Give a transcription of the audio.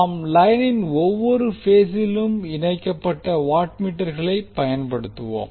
நாம் லைனின் ஒவ்வொரு பேசிலும் இணைக்கப்பட்ட வாட்மீட்டர்களை பயன்படுத்துவோம்